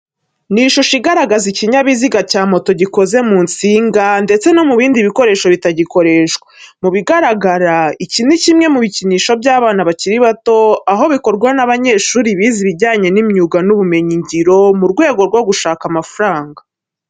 Ni ishusho igaragaza ikinyabiziga cya moto gikoze mu nsinga ndetse no mu bindi bikoresho bitagikoreshwa. Mu bigaragara iki ni kimwe mu bikinisho by'abana bakiri bato, aho bikorwa n'abanyeshuri bize ibijyanye n'imyuga n'ubumenyingiro mu rwego rwo gushaka amafaranga.